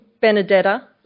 Benedetta